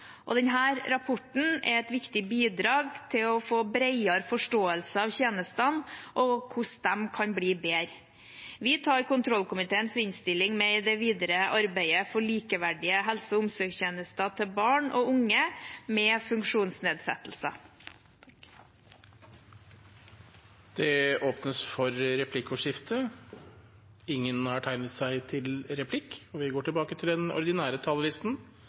og denne rapporten er et viktig bidrag til å få en bredere forståelse av tjenestene og hvordan de kan bli bedre. Vi tar kontrollkomiteens innstilling med i det videre arbeidet for likeverdige helse- og omsorgstjenester til barn og unge med funksjonsnedsettelser. De talerne som heretter får ordet, har en taletid på inntil 3 minutter. Å være forelder til